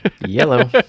yellow